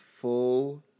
full